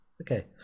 okay